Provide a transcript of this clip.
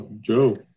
Joe